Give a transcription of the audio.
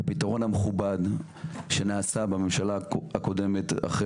הפתרון המכובד נעשה בממשלה הקודמת אחרי